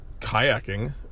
kayaking